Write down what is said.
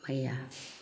माइया